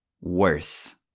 worse